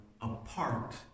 apart